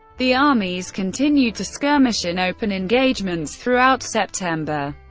the armies continued to skirmish in open engagements throughout september,